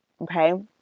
Okay